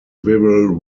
wirral